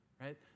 right